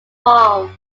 farms